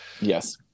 Yes